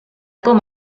com